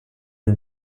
une